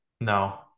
No